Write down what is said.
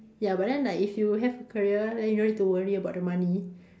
ya but then like if you have a career then you no need to worry about the money